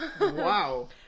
Wow